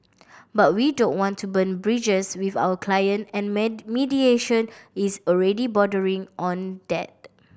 but we don't want to burn bridges with our client and mediation is already bordering on that